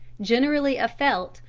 generally of felt,